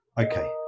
Okay